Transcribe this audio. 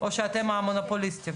או שאתם מונופוליסטים?